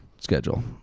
schedule